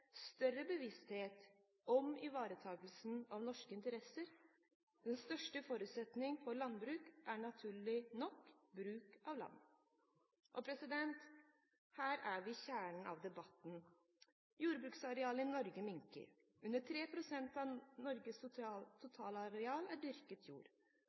større bevissthet om ivaretakelse av norske interesser. Den største forutsetningen for landbruk er naturlig nok bruk av land. Her er vi i kjernen av debatten. Jordbruksarealet i Norge minker. Under 3 pst. av Norges totalareal er dyrket jord.